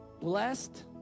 blessed